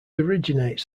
originates